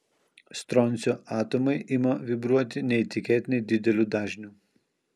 stroncio atomai ima vibruoti neįtikėtinai dideliu dažniu